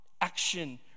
action